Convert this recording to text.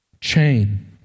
chain